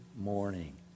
morning